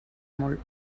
molt